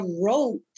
wrote